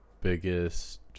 biggest